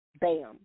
bam